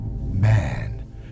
man